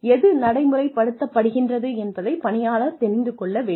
எது நடைமுறைப்படுத்தப்படுகின்றது என்பதை பணியாளர் தெரிந்து கொள்ள வேண்டும்